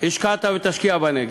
השקעת ותשקיע בנגב.